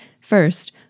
first